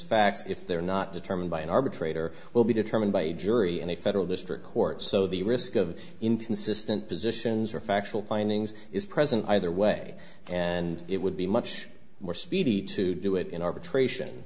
facts if they're not determined by an arbitrator will be determined by a jury in a federal district court so the risk of inconsistent positions or factual findings is present either way and it would be much more speedie to do it in arbitration